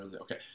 okay